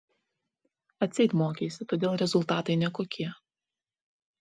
atseit mokeisi todėl rezultatai nekokie